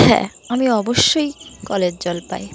হ্যাঁ আমি অবশ্যই কলের জল পাই